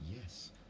yes